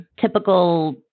typical